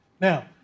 now